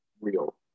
real